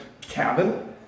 cabin